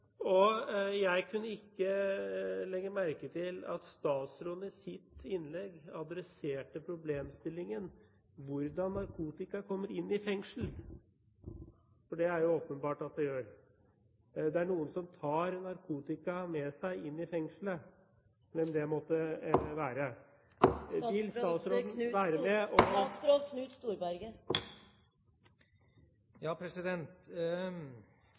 Jeg la ikke merke til at statsråden i sitt innlegg adresserte problemstillingen, hvordan narkotika kommer inn i fengslene – for det er det jo åpenbart at det gjør. Det er noen som tar narkotika med seg inn i fengslet, hvem det måtte være . Vil statsråden være med